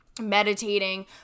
meditating